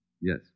Yes